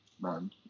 man